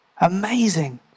Amazing